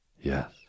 yes